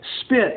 spit